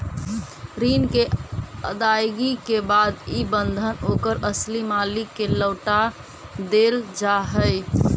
ऋण के अदायगी के बाद इ बंधन ओकर असली मालिक के लौटा देल जा हई